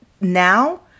now